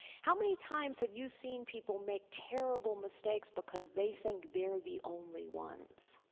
how many times have you seen people make terrible mistakes because they think they're the only ones?